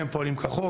הם פועלים כחוק,